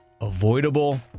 avoidable